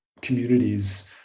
communities